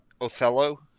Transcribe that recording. othello